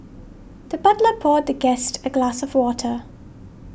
the butler poured the guest a glass of water